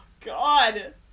God